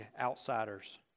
outsiders